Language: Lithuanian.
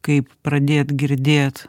kaip pradėt girdėt